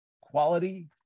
quality